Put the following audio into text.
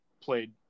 played